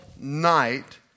night